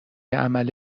عمل